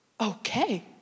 okay